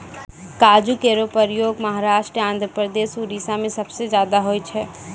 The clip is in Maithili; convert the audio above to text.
काजू केरो उत्पादन महाराष्ट्र, आंध्रप्रदेश, उड़ीसा में सबसे जादा होय छै